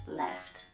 left